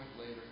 later